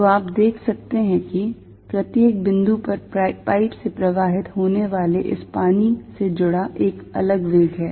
तो आप देख सकते हैं कि प्रत्येक बिंदु पर पाइप से प्रवाहित होने वाले इस पानी से जुड़ा एक अलग वेग है